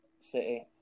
City